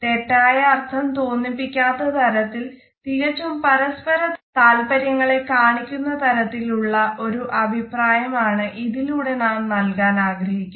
തെറ്റായ അർഥം തോന്നിപ്പിക്കാത്ത തരത്തിൽ തികച്ചും പരസ്പര താൽപര്യങ്ങളെ കാണിക്കുന്ന തരത്തിൽ ഉള്ള ഒരു അഭിപ്രായം ആണ് ഇതിലൂടെ നൽകാൻ നാം ആഗ്രഹിക്കുന്നത്